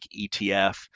ETF